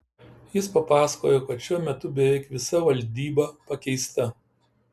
jis papasakojo kad šiuo metu beveik visa valdyba pakeista